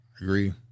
Agree